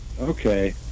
okay